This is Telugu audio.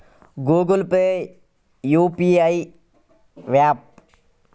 గూగుల్ పే యూ.పీ.ఐ య్యాపా?